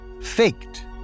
faked